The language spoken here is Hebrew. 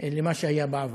למה שהיה בעבר.